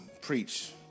preach